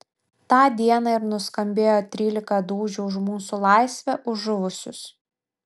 tą dieną ir nuskambėjo trylika dūžių už mūsų laisvę už žuvusius